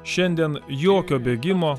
šiandien jokio bėgimo